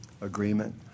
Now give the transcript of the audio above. agreement